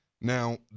Now